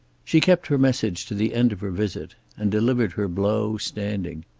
she kept her message to the end of her visit, and delivered her blow standing.